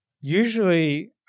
Usually